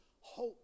hope